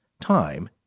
Time